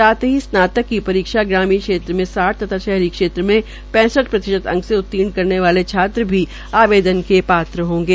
साथ ही स्नातक की परीक्षा ग्रामीण क्षेत्र में साठ तथा शरही क्षेत्र में पैंसठ प्रतिशत अंक से उर्तीण करने वाले छात्र भी आवदेशन के पात्र होंगे